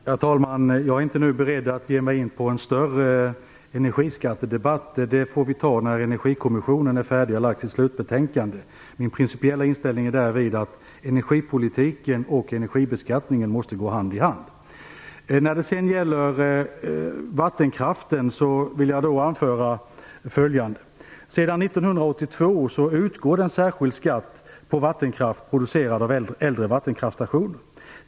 Herr talman! Jag är inte beredd att nu ge mig in i en större energiskattedebatt, den debatten får vi ta när Energikommissionen är färdig och lagt fram sitt slutbetänkande. Min principiella inställning därvid är att energipolitiken och energibeskattningen måste gå hand i hand. När det sedan gäller vattenkraften vill jag anföra följande. Sedan 1982 utgår en särskild skatt på vattenkraft producerad av äldre vattenkraftstationer.